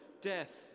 death